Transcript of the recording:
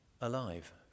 alive